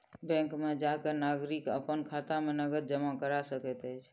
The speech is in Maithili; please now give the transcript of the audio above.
बैंक में जा के नागरिक अपन खाता में नकद जमा करा सकैत अछि